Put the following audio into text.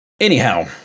Anyhow